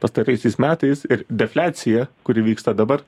pastaraisiais metais ir defliaciją kuri vyksta dabar